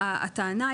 בעצם,